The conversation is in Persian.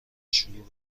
شروع